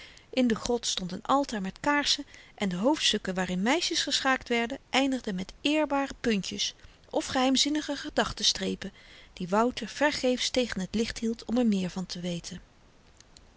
in de grot stond n altaar met kaarsen en de hoofdstukken waarin meisjes geschaakt werden eindigden met eerbare puntjes of geheimzinnige gedachtenstrepen die wouter vergeefs tegen t licht hield om er meer van te weten